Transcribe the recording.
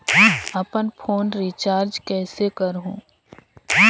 अपन phone recharge कइसे करहु?